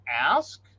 ask